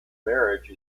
marriage